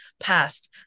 Past